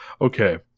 Okay